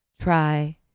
try